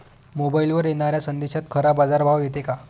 मोबाईलवर येनाऱ्या संदेशात खरा बाजारभाव येते का?